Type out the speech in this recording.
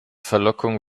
verlockung